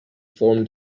formed